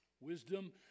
Wisdom